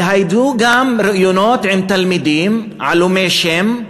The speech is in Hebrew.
והיו גם ראיונות עם תלמידים עלומי שם,